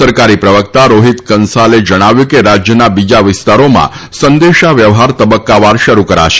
સરકારી પ્રવક્તા રોહિત કંસાલે જણાવ્યું હતું કે રાજ્યના બીજા વિસ્તારોમાં સંદેશાવ્યવહાર તબક્કાવાર શરૂ કરાશે